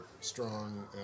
strong